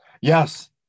yes